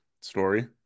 story